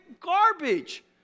garbage